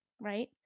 right